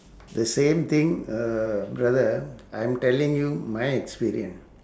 the same thing uh brother ah I'm telling you my experience